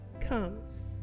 comes